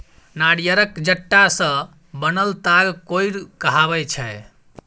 नारियरक जट्टा सँ बनल ताग कोइर कहाबै छै